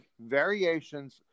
variations